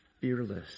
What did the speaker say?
fearless